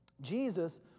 Jesus